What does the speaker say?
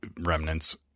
remnants